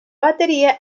batería